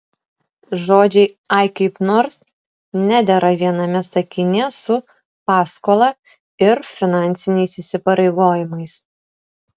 žodžiai ai kaip nors nedera viename sakinyje su paskola ir finansiniais įsipareigojimais